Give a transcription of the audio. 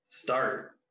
start